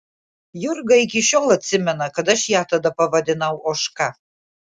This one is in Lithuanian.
jurga iki šiol atsimena kad aš ją tada pavadinau ožka